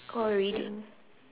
call reading